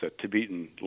Tibetan